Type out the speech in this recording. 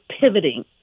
pivoting